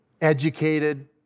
educated